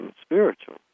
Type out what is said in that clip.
spiritual